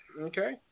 okay